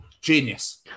Genius